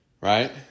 right